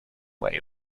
way